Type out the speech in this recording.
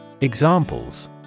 Examples